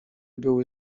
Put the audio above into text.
były